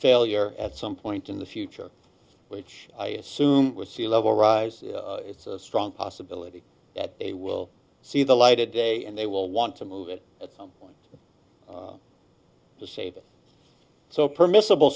failure at some point in the future which i assume was sea level rise it's a strong possibility that they will see the light of day and they will want to move it at some point to save it so permissible